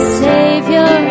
savior